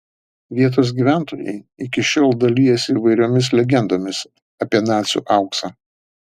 vietos gyventojai iki šiol dalijasi įvairiomis legendomis apie nacių auksą